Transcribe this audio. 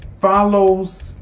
follows